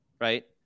right